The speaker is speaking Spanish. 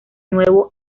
nuevo